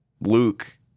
Luke